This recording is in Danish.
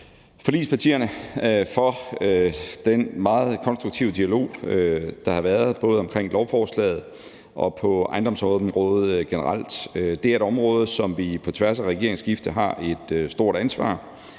forligspartierne for den meget konstruktive dialog, der har været, både omkring lovforslaget og på ejendomsområdet generelt. Det er et område, som vi på tværs af regeringsskifter har et stort ansvar